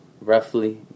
roughly